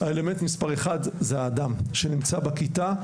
האלמנט מספר אחד זה האדם שנמצא בכיתה,